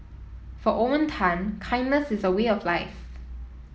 for Owen Tan kindness is a way of life